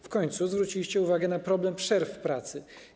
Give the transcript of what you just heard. W końcu zwróciliście uwagę na problem przerw w pracy.